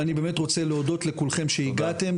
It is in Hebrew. אני רוצה להודות לכולכם שהגעתם,